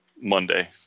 Monday